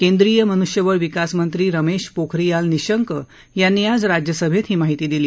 केंद्रीय मनुष्यबळ विकास मंत्री रमेश पोखरियाल निशंक यांनी आज राज्यसभेत ही माहिती दिली